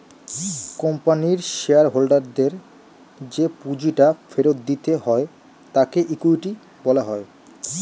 কোম্পানির শেয়ার হোল্ডারদের যে পুঁজিটা ফেরত দিতে হয় তাকে ইকুইটি বলা হয়